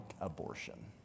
abortion